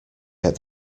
get